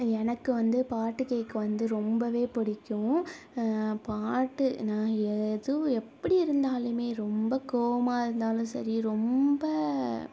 எனக்கு வந்து பாட்டு கேட்க வந்து ரொம்பவே பிடிக்கும் பாட்டு நான் எதுவும் எப்படி இருந்தாலுமே ரொம்ப கோபமா இருந்தாலும் சரி ரொம்ப